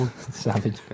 Savage